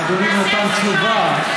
אדוני נתן תשובה,